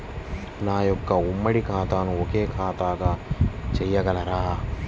నా యొక్క ఉమ్మడి ఖాతాను ఒకే ఖాతాగా చేయగలరా?